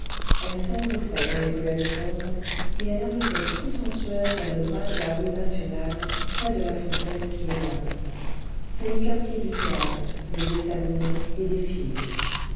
elle s'engouffrait dans les ruelles sombres et elle arrivait tout en sueur vers le bas de la rue nationale près de la fontaine qui est là c'est le quartier du théâtre des estaminets et des filles